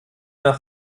nach